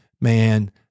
man